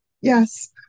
Yes